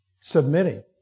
submitting